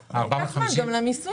טוב, לוקח זמן גם למיסוי.